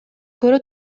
көрө